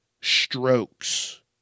strokes